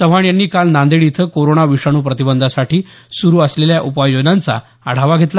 चव्हाण यांनी काल नांदेड इथं कोरोना विषाणू प्रतिबंधासाठी सुरु असलेल्या उपाययोजनांचा आढावा घेतला